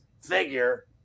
figure